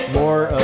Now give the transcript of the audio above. more